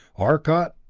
arcot,